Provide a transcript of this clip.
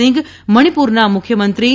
સિંઘ મણિપુરના મુખ્યમંત્રી એન